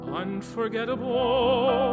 unforgettable